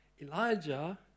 Elijah